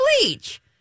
bleach